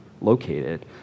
located